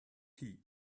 tea